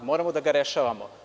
Moramo da ga rešavamo.